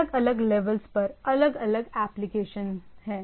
अलग अलग लेवल्स पर अलग अलग एप्लीकेशन हैं